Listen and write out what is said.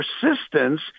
persistence